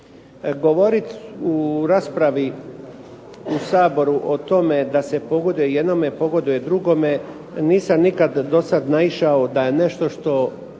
Govorit u raspravi u Saboru o tome da se pogoduje jednome, pogoduje drugome nisam nikad dosad naišao da nešto što